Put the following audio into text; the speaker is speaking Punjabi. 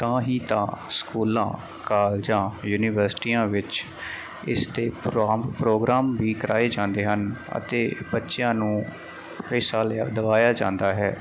ਤਾਂ ਹੀ ਤਾਂ ਸਕੂਲਾਂ ਕਾਲਜਾਂ ਯੂਨੀਵਰਸਿਟੀਆਂ ਵਿੱਚ ਇਸਦੇ ਪ੍ਰੋਗਰਾਮ ਵੀ ਕਰਾਏ ਜਾਂਦੇ ਹਨ ਅਤੇ ਬੱਚਿਆਂ ਨੂੰ ਹਿੱਸਾ ਲਿਆ ਦਵਾਇਆ ਜਾਂਦਾ ਹੈ